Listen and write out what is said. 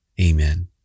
Amen